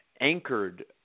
anchored